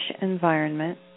environment